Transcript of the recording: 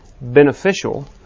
beneficial